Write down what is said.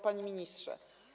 Panie Ministrze!